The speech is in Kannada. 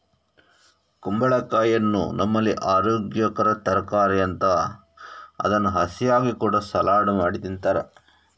ಕುಂಬಳಕಾಯಿಯನ್ನ ನಮ್ಮಲ್ಲಿ ಅರೋಗ್ಯಕರ ತರಕಾರಿ ಅಂತ ಅದನ್ನ ಹಸಿಯಾಗಿ ಕೂಡಾ ಸಲಾಡ್ ಮಾಡಿ ತಿಂತಾರೆ